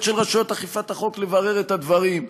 של רשויות אכיפת החוק לברר את הדברים.